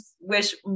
wish